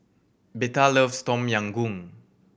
Betha loves Tom Yam Goong